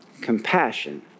compassion